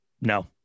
No